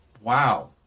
wow